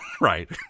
Right